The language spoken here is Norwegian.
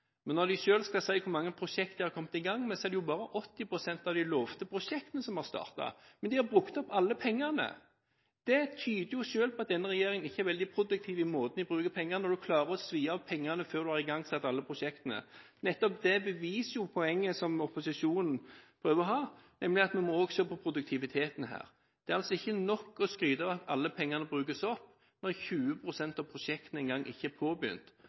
skal si hvor mange prosjekter de er kommet i gang med, er det bare 80 pst. av de lovede prosjektene som har startet. Men de har brukt opp alle pengene. Det tyder jo på at denne regjeringen selv ikke er veldig produktiv i den måten den bruker pengene på, når den klarer å bruke pengene før den har igangsatt alle prosjektene. Nettopp det beviser jo opposisjonens poeng, nemlig at vi her også må se på produktiviteten. Det er altså ikke nok å skryte av at alle pengene brukes opp når 20 pst. av prosjektene ikke engang er påbegynt, og 60–70 pst. av de prosjektene som er påbegynt,